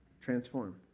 transform